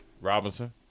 Robinson